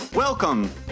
Welcome